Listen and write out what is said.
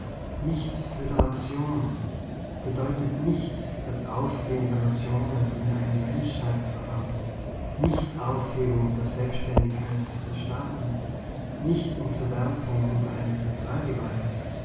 nicht föderation bedeutet nicht das aufgehen der nationen in einen menschheitsverband nicht auf hebung der selbständigkeit der staaten nicht unter werfung unter eine